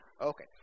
Okay